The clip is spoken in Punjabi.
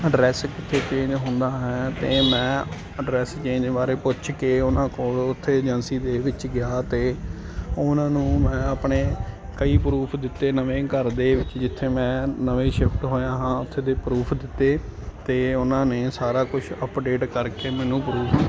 ਐਡਰੈਸ ਕਿੱਛੇ ਚੇਂਜ ਹੁੰਦਾ ਹੈ ਅਤੇ ਮੈਂ ਐਡਰੈਸ ਚੇਂਜ ਬਾਰੇ ਪੁੱਛ ਕੇ ਉਹਨਾਂ ਕੋਲੋਂ ਉੱਥੇ ਏਜੰਸੀ ਦੇ ਵਿੱਚ ਗਿਆ ਅਤੇ ਉਹਨਾਂ ਨੂੰ ਮੈਂ ਆਪਣੇ ਕਈ ਪ੍ਰੂਫ ਦਿੱਤੇ ਨਵੇਂ ਘਰ ਦੇ ਜਿੱਥੇ ਮੈਂ ਨਵੇਂ ਸ਼ਿਫਟ ਹੋਇਆ ਹਾਂ ਉੱਥੇ ਦੇ ਪਰੂਫ ਦਿੱਤੇ ਅਤੇ ਉਹਨਾਂ ਨੇ ਸਾਰਾ ਕੁਛ ਅਪਡੇਟ ਕਰਕੇ ਮੈਨੂੰ ਪ੍ਰੂਫ